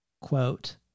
quote